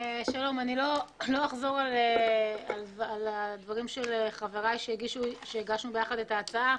לא אחזור על דברי חבריי שהגשנו ביחד את ההצעה.